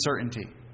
uncertainty